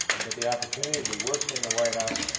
but the opportunity to work in the white house,